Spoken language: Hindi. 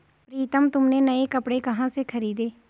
प्रितम तुमने नए कपड़े कहां से खरीदें?